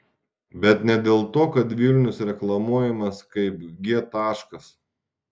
bet ne dėl to kad vilnius reklamuojamas kaip g taškas